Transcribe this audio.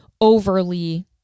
overly